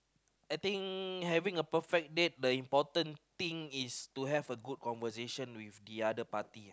I think having a perfect date the important thing is to have a good conversation with the other party uh